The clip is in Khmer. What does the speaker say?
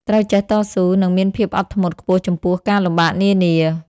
ត្រូវចេះតស៊ូ និងមានភាពអត់ធ្មត់ខ្ពស់ចំពោះការលំបាកនានា។